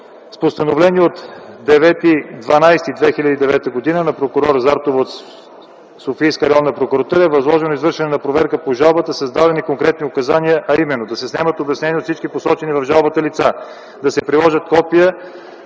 С Постановление от 9 декември 2009 г. на прокурор Зартова от Софийска районна прокуратура е възложено извършване на проверка по жалбата с дадени конкретни указания, а именно: да се снемат обяснения от всички посочени в жалбата лица; да се приложат копия